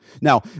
Now